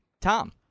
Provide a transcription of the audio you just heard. Tom